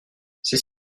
c’est